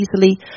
easily